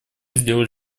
сделали